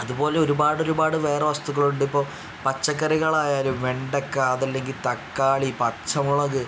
അതുപോലെ ഒരുപാട് ഒരുപാട് വേറെ വസ്തുക്കളുണ്ട് ഇപ്പോൾ പച്ചക്കറികളായാലും വെണ്ടയ്ക്ക അത് അല്ലെങ്കിൽ തക്കാളി പച്ചമുളക്